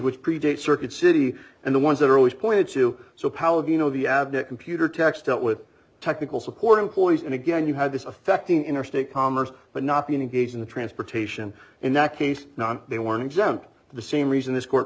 which predates circuit city and the ones that are always pointed to so power you know the abnett computer techs dealt with technical support employees and again you had this affecting interstate commerce but not being engaged in the transportation in that case they weren't exempt the same reason this court